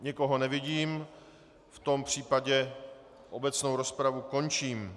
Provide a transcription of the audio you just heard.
Nikoho nevidím, v tom případě obecnou rozpravu končím.